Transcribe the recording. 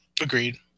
Agreed